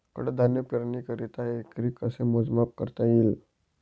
कडधान्य पेरणीकरिता एकरी कसे मोजमाप करता येईल?